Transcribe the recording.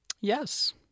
Yes